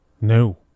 No